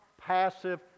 passive